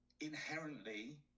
inherently